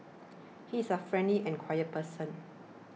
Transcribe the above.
he is a friendly and quiet person